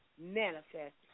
manifest